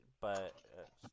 but-